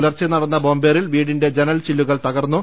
പുലർച്ചെ നടന്ന ബോംബേറിൽ വീടിന്റെ ജനൽചില്ലു കൾ തകർന്നു